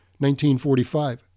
1945